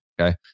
Okay